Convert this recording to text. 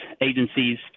agencies